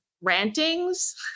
rantings